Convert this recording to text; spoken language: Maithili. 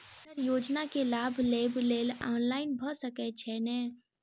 सर योजना केँ लाभ लेबऽ लेल ऑनलाइन भऽ सकै छै नै?